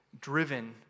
driven